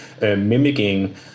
mimicking